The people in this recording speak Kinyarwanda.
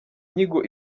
nyigo